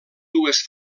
dues